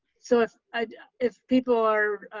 so if if people are,